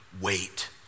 Wait